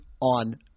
on